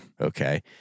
Okay